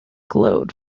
glowed